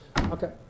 Okay